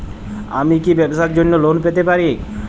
আমি কি ব্যবসার জন্য লোন পেতে পারি?